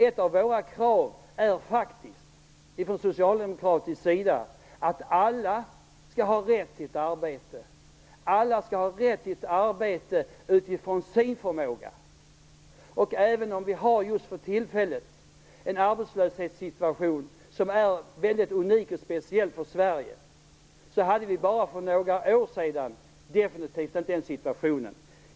Ett av våra krav från socialdemokratisk sida är faktiskt att alla skall ha rätt till ett arbete. Alla skall ha rätt till ett arbete utifrån sin förmåga. Även om vi just för tillfället har en för Sverige väldigt unik och speciell arbetslöshetssituation, hade vi bara för några år sedan definitivt inte den situationen.